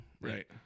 Right